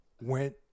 went